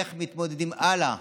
איך מתמודדים הלאה,